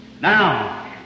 Now